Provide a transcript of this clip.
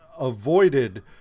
avoided